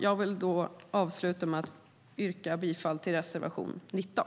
Jag vill avsluta med att yrka bifall till reservation 19.